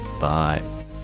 Bye